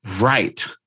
Right